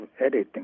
editing